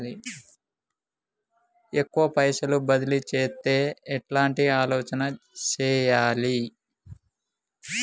ఎక్కువ పైసలు బదిలీ చేత్తే ఎట్లాంటి ఆలోచన సేయాలి?